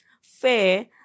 fair